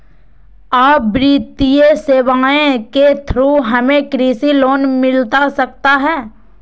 आ वित्तीय सेवाएं के थ्रू हमें कृषि लोन मिलता सकता है?